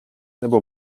nebo